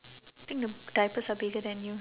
think the diapers are bigger than you